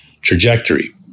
trajectory